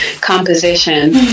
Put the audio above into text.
composition